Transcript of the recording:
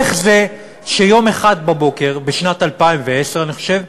איך זה שיום אחד בבוקר, בשנת 2010, אני חושב,